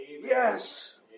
yes